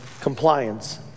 compliance